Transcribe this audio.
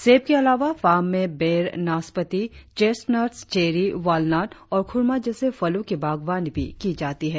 सेब के अलावा फार्म में बेर नासपति चेस्टनट्स चेरी वालनट और खुरमा जैसे फलों की बागवानी भी की जाती है